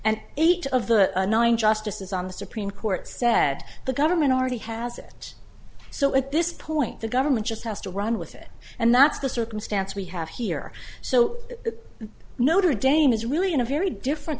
and each of the nine justices on the supreme court said the government already has it so at this point the government just has to run with it and that's the circumstance we have here so notre dame is really in a very different